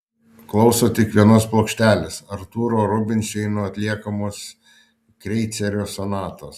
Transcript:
klauso tik vienos plokštelės artūro rubinšteino atliekamos kreicerio sonatos